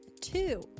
two